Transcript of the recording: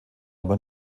aber